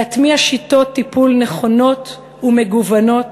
להטמיע שיטות טיפול נכונות ומגוונות.